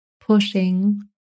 pushing